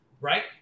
right